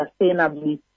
sustainably